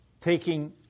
taking